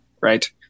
right